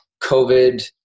covid